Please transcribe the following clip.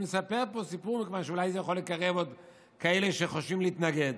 אני מספר פה סיפור מכיוון שאולי זה יכול לקרב עוד כאלה שחושבים להתנגד.